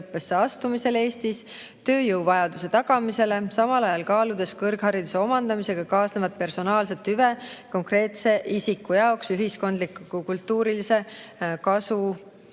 astumisel Eestis, tööjõuvajaduse tagamisele, samal ajal kaaludes kõrghariduse omandamisega kaasnevat personaalset hüve konkreetse isiku jaoks ühiskondlik‑kultuurilise kasu